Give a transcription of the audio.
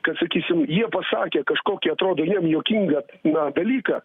kad sakysim jie pasakė kažkokį atrodo jiem juokingą na dalyką